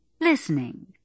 Listening